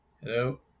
Hello